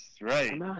right